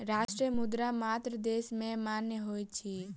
राष्ट्रीय मुद्रा मात्र देश में मान्य होइत अछि